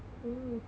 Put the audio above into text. mm